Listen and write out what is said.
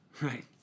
Right